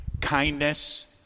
kindness